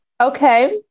okay